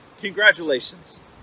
congratulations